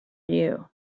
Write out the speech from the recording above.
you